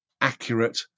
accurate